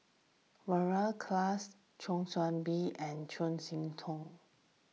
Mary Klass Kwa Soon Bee and Chuang Hui Tsuan